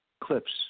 clips